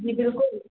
जी बिल्कुलु